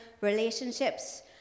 relationships